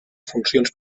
funcions